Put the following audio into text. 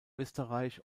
österreich